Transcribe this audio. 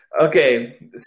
Okay